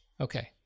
Okay